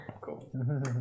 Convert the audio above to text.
Cool